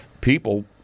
people